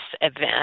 event